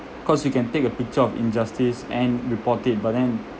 cause you can take a picture of injustice and report it but then